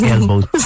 Elbows